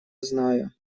знаю